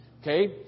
Okay